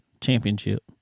championship